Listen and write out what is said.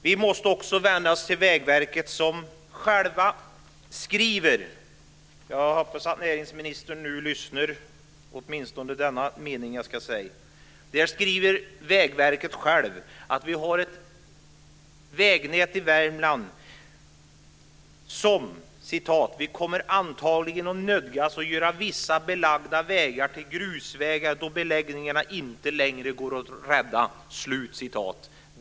Vi måste också vända oss till Vägverket, som självt skriver - och jag hoppas att näringsministern lyssnar åtminstone på den mening som jag ska läsa nu - så här om vägnätet i Värmland: "Vi kommer antagligen nödgas göra om vissa belagda vägar till grusvägar då beläggningen inte längre går att rädda."